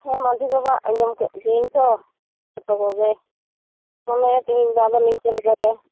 ᱦᱮᱸ ᱢᱟᱺᱡᱷᱤ ᱵᱟᱵᱟ ᱟᱸᱡᱚᱢ ᱠᱮᱫ ᱜᱤᱭᱟᱹᱧ ᱛᱚ ᱡᱷᱚᱛᱚ ᱠᱚᱜᱮ ᱢᱚᱱᱮ ᱛᱮᱦᱮᱧ ᱫᱚ ᱟᱫᱚ ᱱᱤᱝᱠᱟᱹ ᱞᱮᱠᱟᱜᱮ